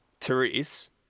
Therese